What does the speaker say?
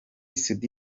soudy